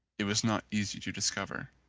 it was not easy to discover.